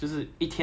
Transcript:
uh